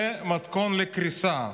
זה מתכון לקריסה.